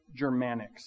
Germanics